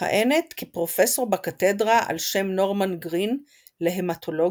מכהנת כפרופסור בקתדרה על שם נורמן גרין להמטולוגיה